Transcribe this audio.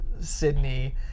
Sydney